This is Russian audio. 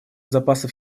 запасов